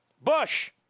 Bush